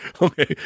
Okay